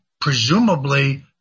presumably